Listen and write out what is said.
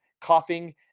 coughing